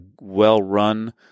well-run